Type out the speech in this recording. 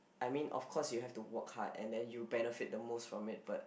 I mean of course you have to work hard and then you benefit the most from it but